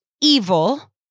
evil